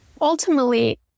ultimately